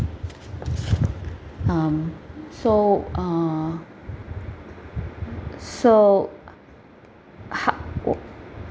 um so err so uh how